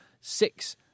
Six